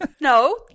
No